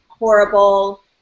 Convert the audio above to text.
horrible